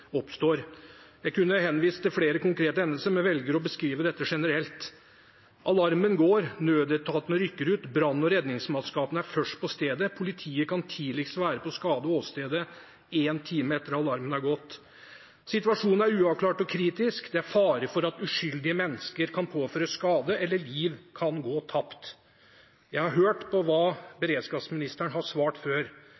Jeg kunne henvist til flere konkrete hendelser, men velger å beskrive dette generelt: Alarmen går, nødetatene rykker ut, brann- og redningsmannskapene er først på stedet, politiet kan tidligst være på skade- og åstedet én time etter at alarmen er gått. Situasjonen er uavklart og kritisk, og det er fare for at uskyldige mennesker kan påføres skade, eller at liv kan gå tapt. Jeg har hørt hva